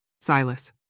Silas